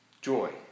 joy